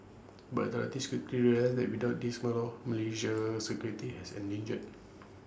but the authorities realised that without this model Malaysia's security has endangered